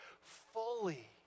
fully